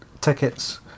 tickets